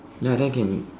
ya then can